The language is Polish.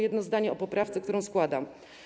Jedno zdanie o poprawce, którą składam.